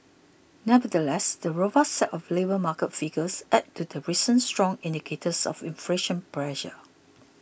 nevertheless the robust set of labour market figures adds to recent stronger indicators of inflation pressure